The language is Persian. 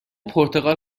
پرتقال